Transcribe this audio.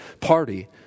party